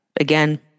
Again